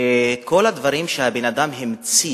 שכל הדברים שהאדם המציא